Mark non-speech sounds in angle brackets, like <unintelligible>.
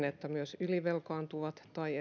<unintelligible> että myös ylivelkaantuvat tai <unintelligible>